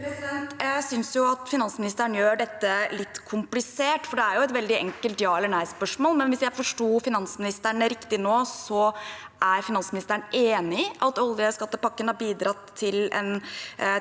Jeg sy- nes finansministeren gjør dette litt komplisert, for det er et veldig enkelt ja- eller nei-spørsmål. Men hvis jeg forsto finansministeren riktig nå, er han enig i at oljeskattepakken har bidratt